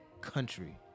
country